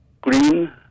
Green